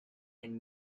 and